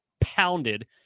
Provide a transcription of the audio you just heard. pounded